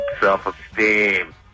Self-esteem